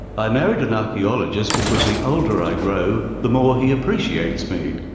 i married an archaeologist because the older i grow, the more he appreciates me.